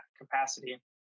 capacity